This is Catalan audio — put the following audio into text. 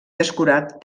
descurat